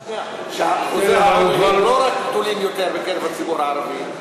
להדגיש את העובדה שאחוזי העוני הם לא רק גדולים יותר בקרב הציבור הערבי,